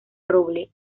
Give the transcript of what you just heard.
roble